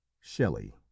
Shelley